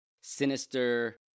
sinister